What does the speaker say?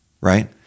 right